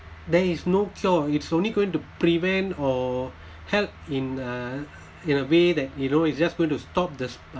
there is no cure it's only going to prevent or help in uh in a way that you know it's just going to stop this